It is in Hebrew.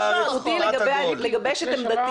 אני זכותי לגבש את עמדתי.